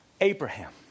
Abraham